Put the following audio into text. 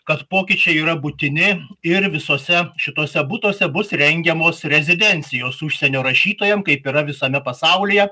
kad pokyčiai yra būtini ir visuose šituose butuose bus rengiamos rezidencijos užsienio rašytojam kaip yra visame pasaulyje